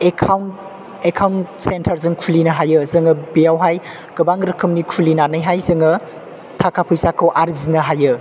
account centre जों खुलिनो हायो जों बेयावहाय गोबां रोखोमनि खुलिनानैहाय जों थाखा फैसाखौ आरजिनो हायो